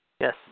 Yes